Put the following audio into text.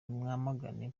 mwamagane